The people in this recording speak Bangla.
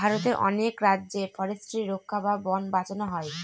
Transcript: ভারতের অনেক রাজ্যে ফরেস্ট্রি রক্ষা করা বা বোন বাঁচানো হয়